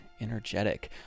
energetic